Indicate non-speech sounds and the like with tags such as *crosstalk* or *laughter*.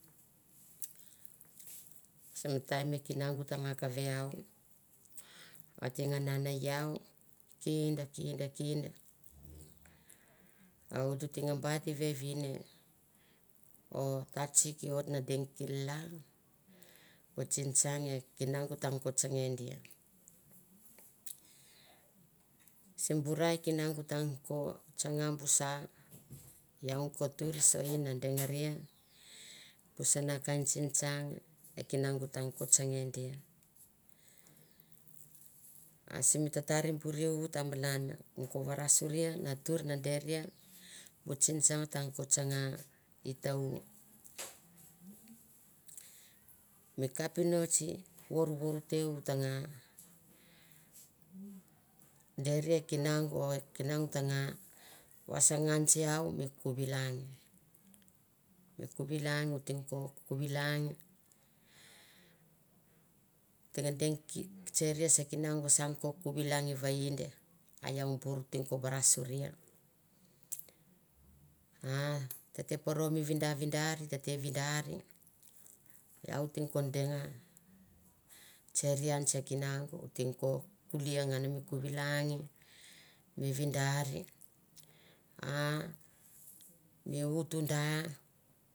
Sim taim e kinagu tanga kave iau a te nga nane iau kinda, kinda kinda, a u tete nga bat vevin o tatasik oit na deng kel- la, bu tsingtsing e kinangu tang ko tsange dia. Simi bu ra e kinaung tenga ko tsanga bo sa, iau kong dir soe na dengaria bu sana kain tsentsang e kinaung tang ko tsenga dia. A sim tatar bure i ut a malan di ko varasorai na tur na deria mi tsingtsang tang ko tsanga i ta- u. *noise* Mi kapinots vorvor te u tanga e deri e kinaung va e kinaung ta nga vaasangan se iau mi kuvi lang mi kuvi lang, o teng ko kuvi lang o teng deng ki vetseri se kinaung vasa ang ko kuvi lang vaind, o iau bur o teng. Ko varasoria, a tete poro mi vidadar tete vidar, iau teng ko denga tseri ian se kinaung o teng ko kulia ngan mi kuvi langi, mi vidar o mi utu da